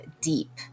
deep